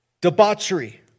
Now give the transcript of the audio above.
Debauchery